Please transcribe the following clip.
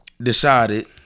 decided